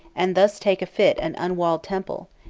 and thus take a fit and unwalled temple,